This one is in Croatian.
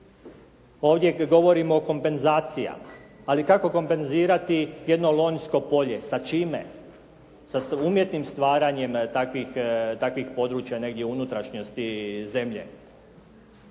Ovdje govorimo o kompenzacijama. Ali kako kompenzirati jedno Lonjsko polje? Sa čime? Sa umjetnim stvaranjem takvih područja negdje u unutrašnjosti zemlje